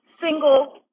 single